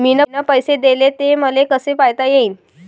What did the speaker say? मिन पैसे देले, ते मले कसे पायता येईन?